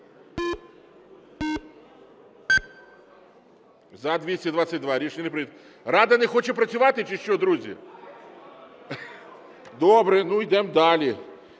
За-222 Рішення не прийнято. "Рада" не хоче працювати, чи що, друзі? Добре. Йдемо далі.